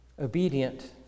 obedient